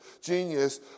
genius